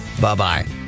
Bye-bye